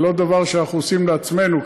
זה לא דבר שאנחנו עושים לעצמנו,